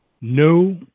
no